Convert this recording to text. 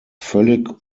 völlig